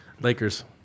Lakers